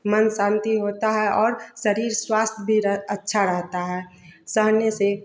मन शांति होता है और शरीर स्वस्थ भी अच्छा रहता है सहने से